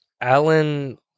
Alan